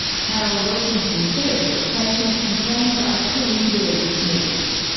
carol wilkinson says patients' complaints are too easily dismissed.